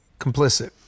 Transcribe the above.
complicit